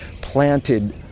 planted